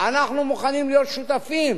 אנחנו מוכנים להיות שותפים